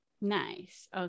Nice